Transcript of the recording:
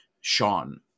Sean